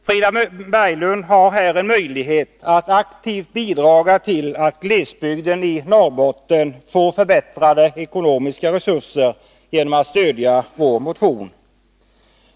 Frida Berglund har en möjlighet att aktivt bidra till att glesbygden i Norrbotten får bättre ekonomiska resurser genom att stödja vår motion.